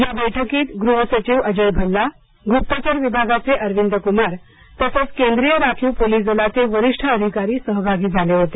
या बैठकीत गृह सचिव अजय भल्ला गुप्तचर विभागाचे अरविंद कुमार तसंच केंद्रीय राखीव पोलीस दलाचे वरिष्ठ अधिकारी सहभागी झाले होते